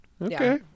Okay